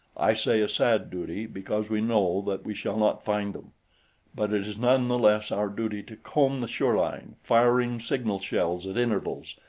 i say a sad duty because we know that we shall not find them but it is none the less our duty to comb the shoreline, firing signal shells at intervals,